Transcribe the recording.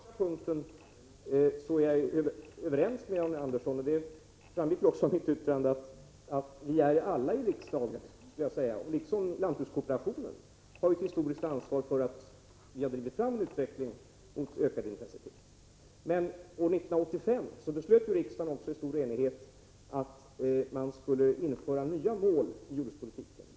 Herr talman! På denna punkt är jag överens med Arne Andersson. Det — 23 april 1987 framgick också av mitt tidigare yttrande att vi alla i riksdagen, liksom lantbrukskooperationen, har ett historiskt ansvar för att vi drivit fram en utveckling mot ökad intensitet. Men år 1985 beslöt riksdagen i stor enighet att man skulle sätta upp nya mål för jordbrukspolitiken.